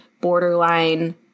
borderline